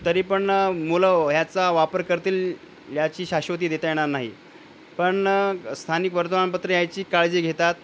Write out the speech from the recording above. तरीपण मुलं याचा वापर करतील याची शाश्वती देता येणार नाही पण स्थानिक वर्तमानपत्र याची काळजी घेतात